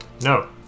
No